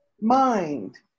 mind